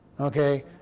okay